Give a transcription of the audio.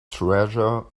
treasure